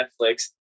Netflix